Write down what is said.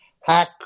hack